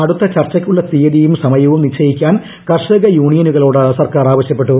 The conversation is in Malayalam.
അടുത്ത ചർച്ചക്കുള്ള തീയതിയും സമയവും നിശ്ചയിക്കാൻ കർഷക സംഘടനകളോട് സർക്കാർ ആവശ്യപ്പെട്ടു